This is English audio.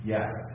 Yes